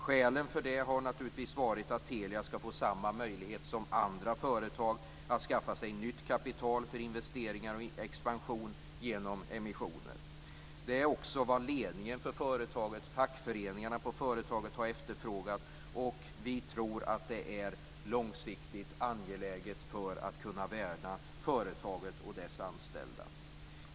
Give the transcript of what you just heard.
Skälen för det har naturligtvis varit att Telia ska få samma möjlighet som andra företag att skaffa sig nytt kapital för investeringar och expansion genom emissioner. Det är också vad ledningen för företaget och fackföreningarna på företaget har efterfrågat. Vi tror att det är långsiktigt angeläget för att värna företaget och dess anställda.